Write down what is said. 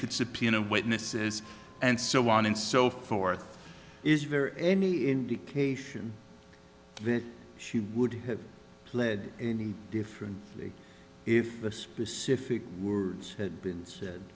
could subpoena witnesses and so on and so forth is very any indication that she would have pled any different if the specific words had been said